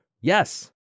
Yes